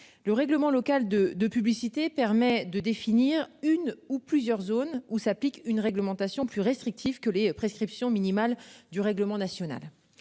Le règlement local de de publicité permet de définir une ou plusieurs zones où s'applique une réglementation plus restrictive que les prescriptions minimales du règlement national